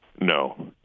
no